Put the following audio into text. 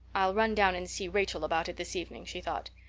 i'll run down and see rachel about it this evening, she thought.